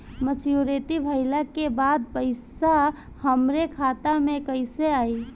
Maturity भईला के बाद पईसा हमरे खाता में कइसे आई?